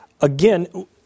again